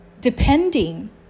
depending